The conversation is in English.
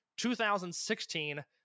2016